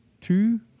two